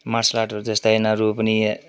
martial आर्टहरू जस्तै यिनीहरू पनि